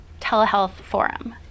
telehealthforum